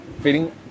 feeling